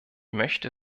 möchte